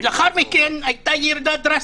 לאחר מכן הייתה ירידה דרסטית.